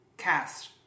Cast